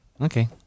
Okay